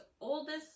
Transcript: oldest